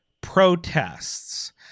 protests